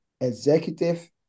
Executive